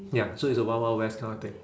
ya so it's a wild wild west kind of thing